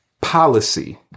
Policy